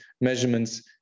measurements